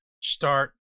start